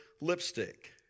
lipstick